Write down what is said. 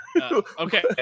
Okay